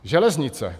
Železnice.